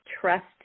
trust